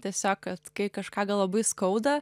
tiesiog kad kai kažką gal labai skauda